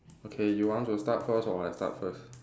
okay you want to start first or I start first